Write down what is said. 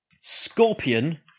Scorpion